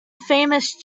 famous